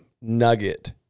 nugget